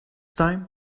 time